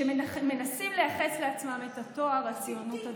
שמנסים לייחס לעצמם את התואר הציונות הדתית.